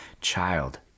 child